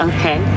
Okay